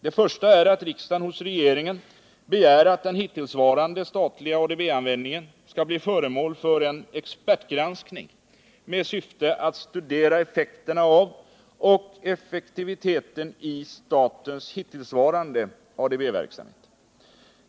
Det första är att riksdagen hos regeringen begär att den hittillsvarande statliga ADB-användningen skall bli föremål för en expertgranskning med syfte att studera effekterna av och effektiviteten i statens hittillsvarande ADB-verksamhet.